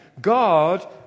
God